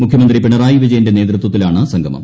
മുഖ്യമന്ത്രി പിണറായി വിജയന്റെ നേതൃത്വത്തിലാണ് സംഗമം